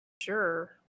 Sure